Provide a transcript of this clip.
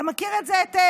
אתה מכיר את זה היטב.